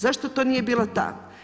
Zašto to nije bila ta?